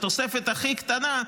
התוספת הכי קטנה,